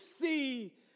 see